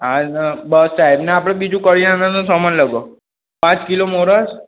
હા બસ સાહેબ ના આપણે બીજું કરિયાણાનો સામાન લખો પાંચ કિલો મોરસ